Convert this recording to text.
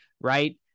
right